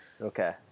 Okay